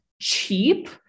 cheap